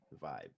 vibe